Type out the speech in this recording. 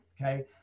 okay